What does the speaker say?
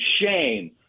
shame